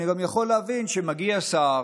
אני גם יכול להבין שמגיע שר